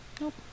Nope